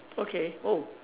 okay oh